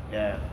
ya